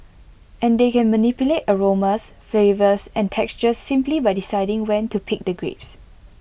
and they can manipulate aromas flavours and textures simply by deciding when to pick the grapes